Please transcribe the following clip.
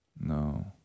No